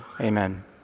amen